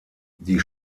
die